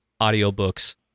audiobooks